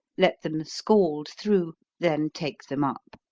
let them scald through, then take them up.